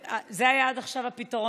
זה היה עד עכשיו הפתרון,